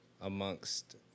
amongst